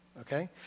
okay